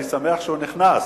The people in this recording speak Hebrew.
אני שמח שהוא נכנס.